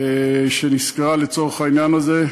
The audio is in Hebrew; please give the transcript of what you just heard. שנשכרה לצורך העניין הזה,